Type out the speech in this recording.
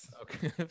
Okay